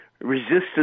resistance